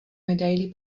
medaili